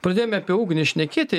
pradėjome apie ugnį šnekėti